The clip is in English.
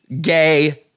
gay